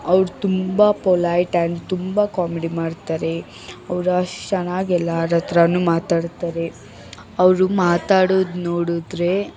ಅವ್ರು ತುಂಬ polite and ತುಂಬ ಕಾಮಿಡಿ ಮಾಡ್ತಾರೆ ಅವ್ರು ಅಷ್ಟು ಚೆನ್ನಾಗಿ ಎಲ್ಲಾರಹತ್ರ ಮಾತಾಡ್ತಾರೆ ಅವರು ಮಾತಾಡೋದು ನೋಡಿದ್ರೆ